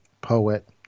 poet